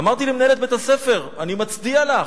אמרתי למנהלת בית-הספר: אני מצדיע לך.